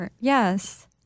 Yes